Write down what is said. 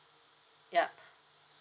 yup